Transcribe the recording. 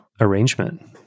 arrangement